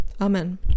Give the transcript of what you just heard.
Amen